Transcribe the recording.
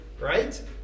right